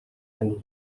and